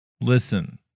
Listen